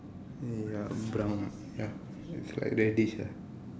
mm ya brown ya is like reddish ah